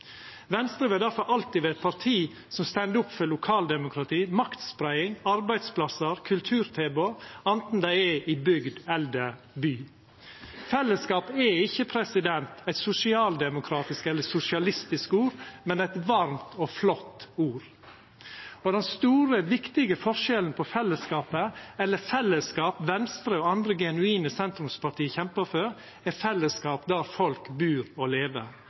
Venstre vil difor alltid vera eit parti som står opp for lokaldemokrati, maktspreiing, arbeidsplassar og kulturtilbod – anten det er i bygd eller by. «Fellesskap» er ikkje eit sosialdemokratisk eller sosialistisk ord, men eit varmt, flott ord. Den store viktige forskjellen på fellesskapet Venstre og andre genuine sentrumsparti kjempar for, er at det er fellesskap der folk bur og lever